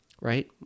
right